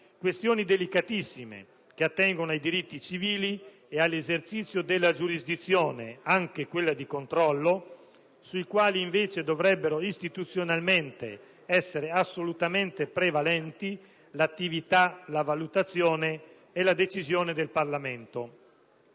questioni delicatissime che attengono ai diritti civili e all'esercizio della giurisdizione (anche quella di controllo), su cui invece dovrebbero istituzionalmente essere assolutamente prevalenti l'attività, la valutazione e la decisione del Parlamento.